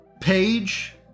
page